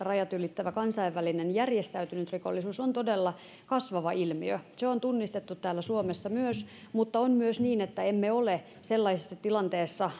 rajat ylittävä kansainvälinen järjestäytynyt rikollisuus on todella kasvava ilmiö se on tunnistettu myös täällä suomessa mutta on myös niin että emme ole sellaisessa tilanteessa